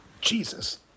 Jesus